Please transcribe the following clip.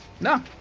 No